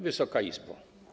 Wysoka Izbo!